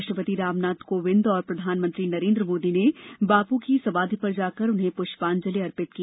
राष्ट्रपति रामनाथ कोविंद और प्रधानमंत्री नरेन्द्र मोदी ने बापू की समाधि पर जाकर उन्हें पुष्पांजलि अर्पित की